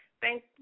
Thank